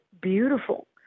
beautiful